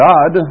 God